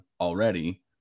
already